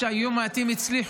ועל אף שהיו מעטים הצליחו.